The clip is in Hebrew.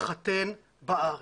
להתחתן בארץ.